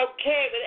Okay